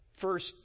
first